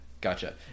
Gotcha